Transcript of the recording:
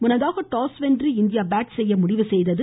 முன்னதாக டாஸ் வென்று India bat செய்ய முடிவு செய்தது